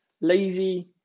lazy